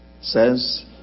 says